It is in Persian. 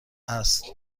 است